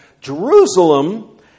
Jerusalem